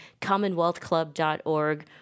CommonwealthClub.org